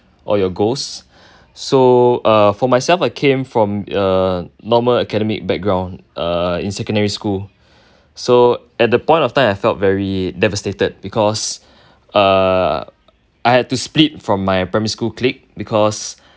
or your goals so uh for myself I came from uh normal academic background uh in secondary school so at the point of time I felt very devastated because uh I had to split from my primary school clique because